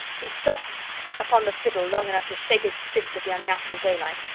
he stopped upon the fiddle long enough to shake his fist at the unnatural daylight,